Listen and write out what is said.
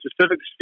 specific